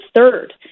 third